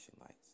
Lights